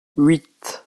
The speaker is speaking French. huit